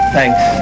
Thanks